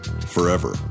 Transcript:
forever